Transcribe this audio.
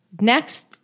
Next